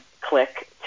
click